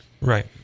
Right